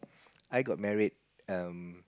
I got married um